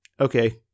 okay